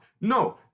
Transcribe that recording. No